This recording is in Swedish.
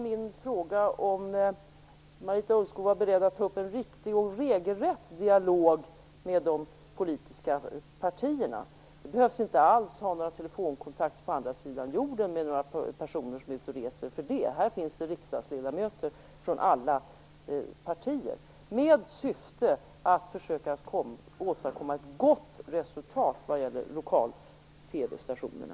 Min fråga var om Marita Ulvskog var beredd att föra en riktig och regelrätt dialog med de politiska partierna - det behövs inte alls några telefonkontakter på andra sidan jorden med några personer som är ute och reser, för här finns det riksdagsledamöter från alla partier - med syfte att försöka åstadkomma ett gott resultat vad gäller lokal-TV-stationerna.